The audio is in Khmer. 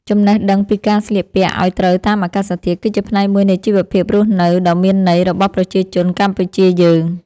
ចំណេះដឹងពីការស្លៀកពាក់ឱ្យត្រូវតាមអាកាសធាតុ គឺជាផ្នែកមួយនៃជីវភាពរស់នៅដ៏មានន័យរបស់ប្រជាជនកម្ពុជាយើង។